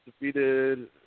defeated